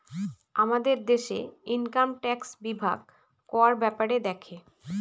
আমাদের দেশে income tax বিভাগ কর ব্যাপারে দেখে